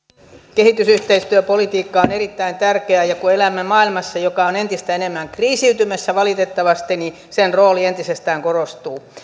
kehitysyhteistyöpolitiikka on erittäin tärkeää ja kun elämme maailmassa joka on entistä enemmän kriisiytymässä valitettavasti niin sen rooli entisestään korostuu